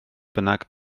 bynnag